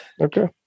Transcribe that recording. okay